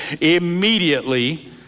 immediately